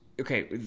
okay